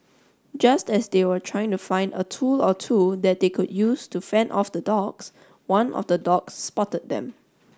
just as they were trying to find a tool or two that they could use to fend off the dogs one of the dogs spotted them